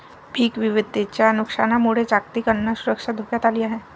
पीक विविधतेच्या नुकसानामुळे जागतिक अन्न सुरक्षा धोक्यात आली आहे